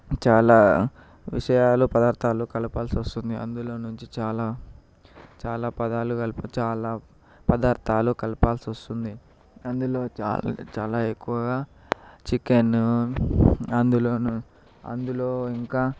చాలా విషయాలు పదార్థాలు కలపాల్సి వస్తుంది అందులో నుంచి చాలా చాలా పదాలు కల చాలా పదార్థాలు కలపాల్సి వస్తుంది అందులో చాలా చాలా ఎక్కువగా చికెను అందులో అందులో ఇంకా